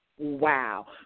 Wow